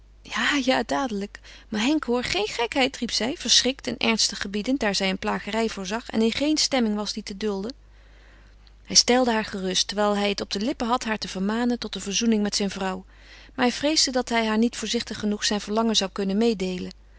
ja ja dadelijk maar henk hoor geen gekheid riep zij verschrikt en ernstig gebiedend daar zij een plagerij voorzag en in geen stemming was die te dulden hij stelde haar gerust terwijl hij het op de lippen had haar te vermanen tot een verzoening met zijn vrouw maar hij vreesde dat hij haar niet voorzichtig genoeg zijn verlangen zou kunnen meedeelen